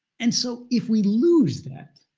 and so if we lose that,